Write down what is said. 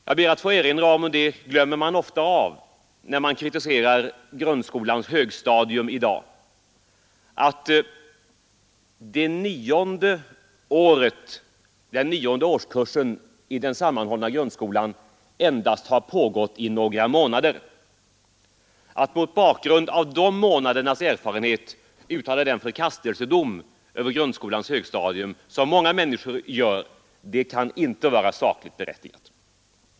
Jag ber att få erinra om — det glömmer man ofta när man i dag kritiserar grundskolans högstadium — att den nionde årskursen i den sammanhållna grundskolan endast har pågått några månader. Att mot bakgrunden av de månadernas erfarenhet uttala den förkastelsedom över grundskolans högstadium som många människor gör kan inte vara sakligt berättigat.